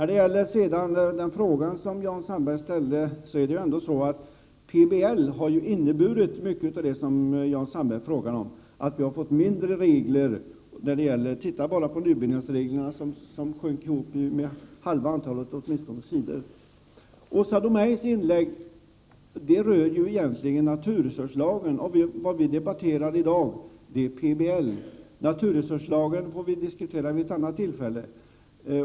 Jan Sandberg har talat om att vi skall ha färre regler. PBL har medfört att vi har fått färre regler. Nybyggnadsreglerna t.ex. minskade med hälften, åtminstone när det gäller antalet sidor. Åsa Domeijs inlägg rör egentligen naturresurslagen. Det vi debatterar i dag, är PBL. Naturresurslagen får vi diskutera vid ett annat tillfälle.